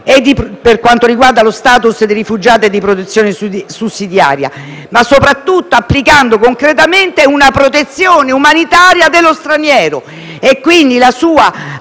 per quanto riguarda lo *status* di rifugiato e la protezione sussidiaria, ma soprattutto applicando concretamente una protezione umanitaria dello straniero; quindi, la sua